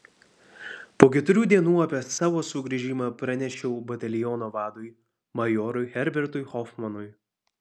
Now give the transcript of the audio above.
po keturių dienų apie savo sugrįžimą pranešiau bataliono vadui majorui herbertui hofmanui